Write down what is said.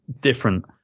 different